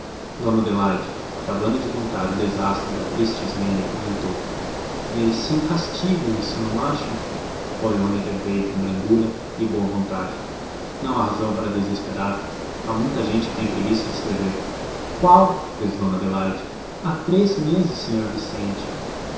dona adelaide acabando de contar o desastre da triste ismênia comentou merecia um castigo isso não acham coleoni interveio com brandura e boa vontade não há razão para desesperar há muita gente que tem preguiça de escrever qual fez dona adelaide há três meses senhor vicente